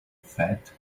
fed